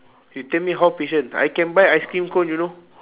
you tell me how patient I can buy ice cream cone you know